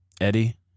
Eddie